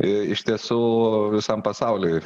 iš tiesų visam pasauliui